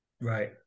Right